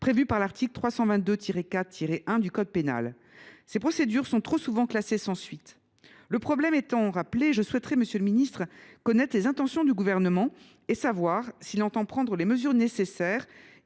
définie à l’article 322 4 1 du code pénal. Ces procédures sont trop souvent classées sans suite. Le problème étant rappelé, je souhaiterais, monsieur le ministre, connaître les intentions du Gouvernement et savoir s’il entend prendre les mesures nécessaires,